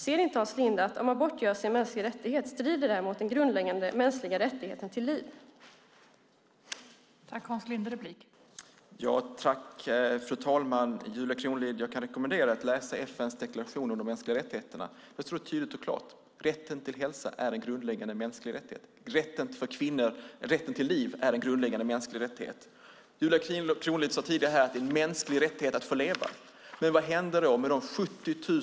Ser inte Hans Linde att om abort görs till en mänsklig rättighet strider det mot den grundläggande mänskliga rättigheten rätten till liv?